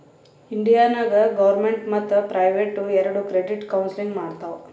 India ನಾಗ್ government ಮತ್ತ private ಎರೆಡು ಕ್ರೆಡಿಟ್ ಕೌನ್ಸಲಿಂಗ್ ಮಾಡ್ತಾವ್